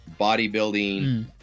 bodybuilding